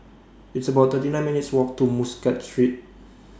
It's about thirty nine minutes' Walk to Muscat Street